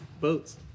boats